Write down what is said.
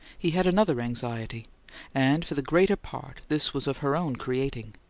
he had another anxiety and, for the greater part, this was of her own creating.